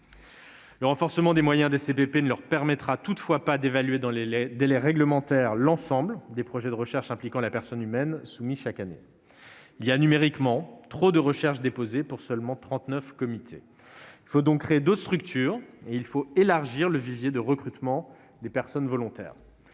Le renforcement des moyens des CPP ne leur permettra toutefois pas d'évaluer dans les délais réglementaires l'ensemble des projets de recherche impliquant la personne humaine soumis chaque année. Il y a trop de recherches déposées pour les 39 comités. Il faut donc créer d'autres structures et élargir le vivier de recrutement des personnes volontaires.